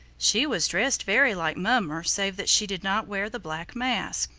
she was dressed very like mummer save that she did not wear the black mask.